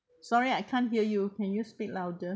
sorry I can't hear you can you speak louder